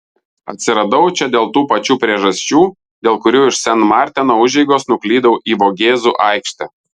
atsiradau čia dėl tų pačių priežasčių dėl kurių iš sen marteno užeigos nuklydau į vogėzų aikštę